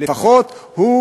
לפחות הוא